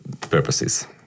purposes